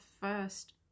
first